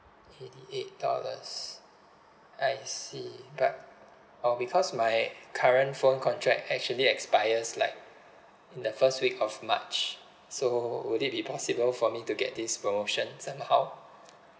eighty eight dollars I see but oh because my current phone contract actually expires like in the first week of march so would it be possible for me to get this promotion somehow